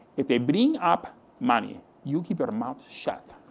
if they bring up money, you keep your mouth shut.